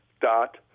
dot